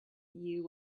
you